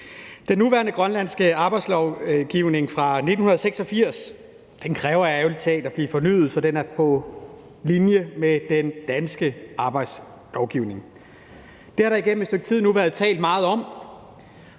Den nuværende grønlandske arbejdsmiljølovgivning fra 1986 kræver ærlig talt at blive fornyet, så den er på linje med den danske arbejdsmiljølovgivning. Det har der igennem et stykke tid været talt meget om,